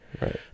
Right